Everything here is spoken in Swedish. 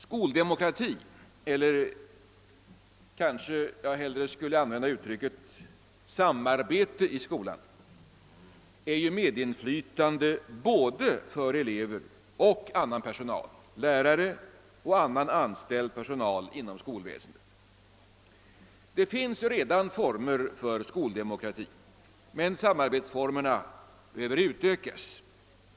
Skoldemokrati — eller jag kanske hellre skall använda uttrycket samarbete i skolan — är ju medinflytande för både elever och lärare och annan anställd personal inom skolväsendet. Det finns redan former för skoldemokrati, men samarbetsformerna behöver utökas.